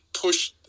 push